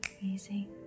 easy